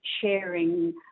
sharing